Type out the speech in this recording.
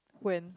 when